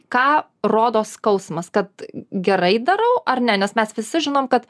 ką rodo skausmas kad gerai darau ar ne nes mes visi žinom kad